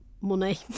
money